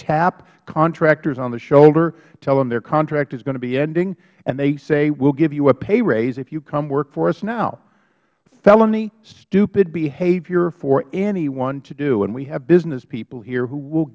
tap contractors on the shoulder tell them their contract is going to be ending and we say we will give you a pay raise if you come work for us now felony stupid behavior for anyone to do and we have business people here who will